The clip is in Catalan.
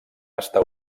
estar